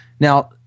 Now